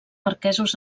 marquesos